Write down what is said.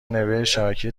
نوشتشبکه